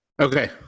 Okay